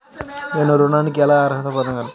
నేను ఋణానికి ఎలా అర్హత పొందగలను?